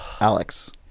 Alex